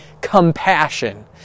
compassion